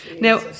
Now